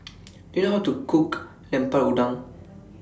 Do YOU know How to Cook Lemper Udang